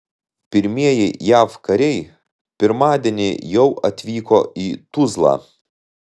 pirmieji jav kariai pirmadienį jau atvyko į tuzlą